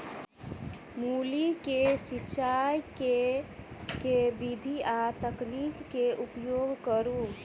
मूली केँ सिचाई केँ के विधि आ तकनीक केँ उपयोग करू?